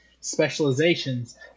specializations